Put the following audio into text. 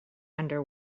under